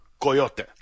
coyote